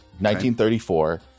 1934